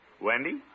Wendy